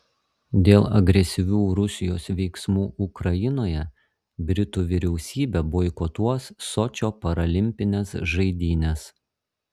dėl agresyvių rusijos veiksmų ukrainoje britų vyriausybė boikotuos sočio paralimpines žaidynes